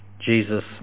Jesus